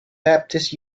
baptist